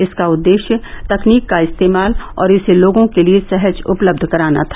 इसका उद्देश्य तकनीक का इस्तेमाल और इसे लोगों के लिए सहज उपलब्ध कराना था